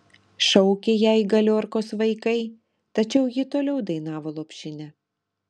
šaukė jai galiorkos vaikai tačiau ji toliau dainavo lopšinę